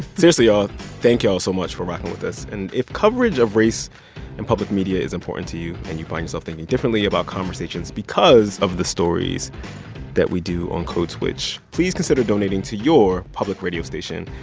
seriously, y'all, thank y'all so much for rocking with us. and if coverage of race in public media is important to you and you find yourself thinking differently about conversations because of the stories that we do on code switch, please consider donating to your public radio station.